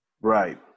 right